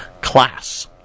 class